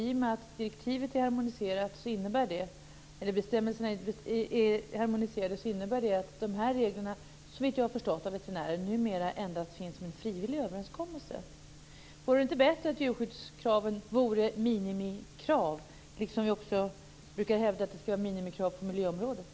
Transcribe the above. I och med att bestämmelserna är harmoniserade innebär det att dessa regler, såvitt jag har förstått av veterinären, numera finns endast som en frivillig överenskommelse. Vore det inte bättre att djurskyddskraven vore minimikrav, på samma sätt som vi brukar hävda att det skall vara minimikrav på miljöområdet?